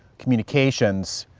communications,